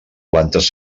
plantes